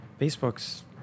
Facebook's